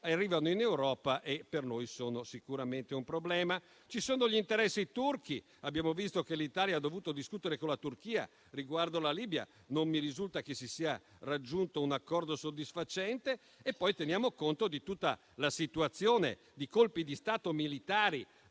arrivano in Europa e che per noi sono sicuramente un problema. Ci sono gli interessi turchi: abbiamo visto che l'Italia ha dovuto discutere con la Turchia riguardo la Libia e non mi risulta che si sia raggiunto un accordo soddisfacente. Teniamo conto, poi, di tutta la situazione dei colpi di Stato militari